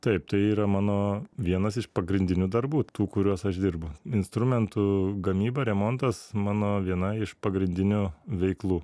taip tai yra mano vienas iš pagrindinių darbų tų kuriuos aš dirbu instrumentų gamyba remontas mano viena iš pagrindinių veiklų